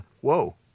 whoa